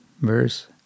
verse